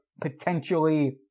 potentially